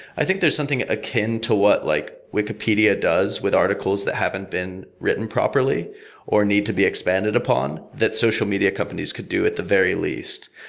i think there's something akin to what like wikipedia does with articles that haven't been written property or need to be expanded upon, that social media companies could do at the very least.